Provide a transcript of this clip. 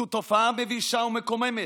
זו תופעה מבישה ומקוממת.